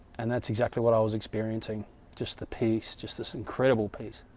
and that's exactly, what i was experiencing just the peace just this incredible peace